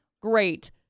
Great